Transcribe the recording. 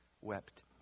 wept